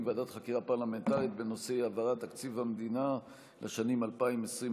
ועדת חקירה פרלמנטרית בנושא אי-העברת תקציב המדינה לשנים 2021-2020,